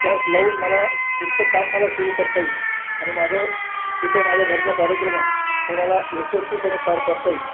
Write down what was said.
gas लावून मला पुढचं काम मला सुरू करता येईल आणि माझं जे काई माझ्या घरचा कार्यक्रम आहे तो मला यशस्वीपणे पार पाडता येईल